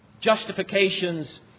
justifications